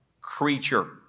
Creature